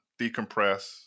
decompress